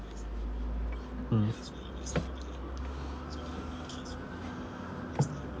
mm